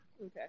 Okay